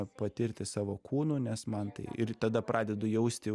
patirti savo kūnu nes man tai ir tada pradedu jausti